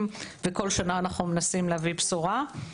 ובכל שנה אנחנו מנסים להביא בשורה.